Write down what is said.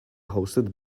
hosted